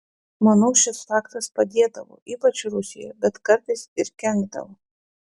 manau šis faktas padėdavo ypač rusijoje bet kartais ir kenkdavo